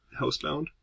housebound